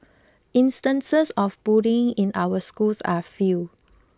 instances of bullying in our schools are few